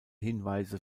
hinweise